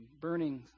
burning